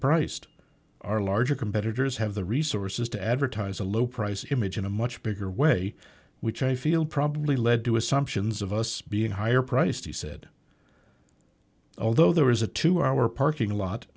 priced our larger competitors have the resources to advertise a low price image in a much bigger way which i feel probably led to assumptions of us being higher priced he said although there was a two hour parking